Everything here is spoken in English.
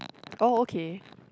oh okay